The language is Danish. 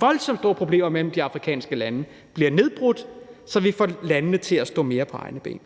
voldsomt store problemer med i de afrikanske lande, bliver nedbrudt, og så vi får landene til at stå mere på egne ben.